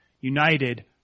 united